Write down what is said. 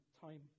time